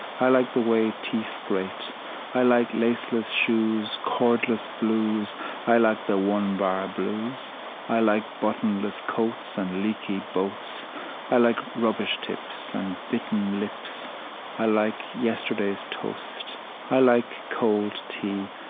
i like the way teeth grate i like laceless shoes cordless blues i like the one-bar blues i like buttonless coats and leaky boats i like rubbish tips and bitten lips i like yesterday's toast i like cold tea,